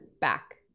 back